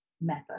method